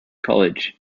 college